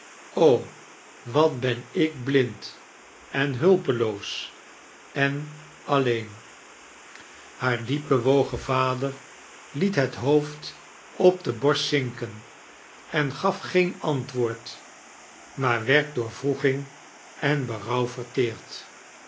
wat ben ik blind en hulpeloos en alleein kerstvertellingen haar diep bewogen vader liet het hoofd op die borst zinken en gaf geeii antwoord maar werd door wroeging en berouw verteerd